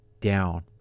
down